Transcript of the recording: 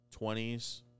20s